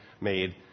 made